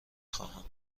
خواهم